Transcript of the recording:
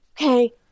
okay